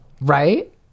right